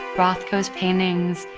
rothko's paintings,